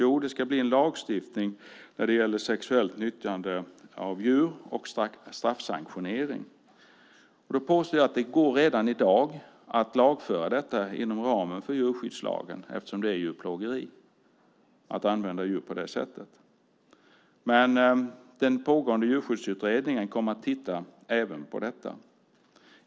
Jo, det ska bli lagstiftning när det gäller sexuellt nyttjande av djur och straffsanktionering. Då påstår jag att det redan i dag går att lagföra detta inom ramen för djurskyddslagen eftersom det är djurplågeri att använda djur på det sättet. Men den pågående djurskyddsutredningen kommer att titta närmare även på detta.